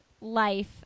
life